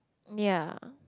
ya